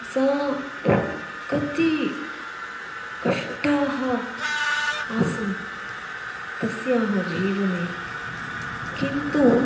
सा कति कष्टाः आसन् तस्याः जीवने किन्तु